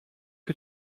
que